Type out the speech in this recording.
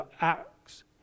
acts